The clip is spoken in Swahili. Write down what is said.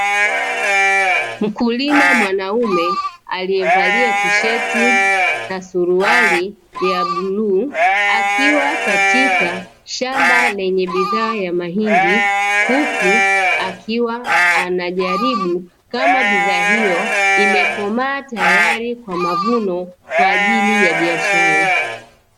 Mkulima mwanaume aliyevalia tisheti na suruali ya bluu, akiwa katika shamba lenye bidhaa ya mahindi, huku akiwa anajaribu kama bidhaa hiyo imekomaa tayari kwa mavuno kwa ajili ya biashara.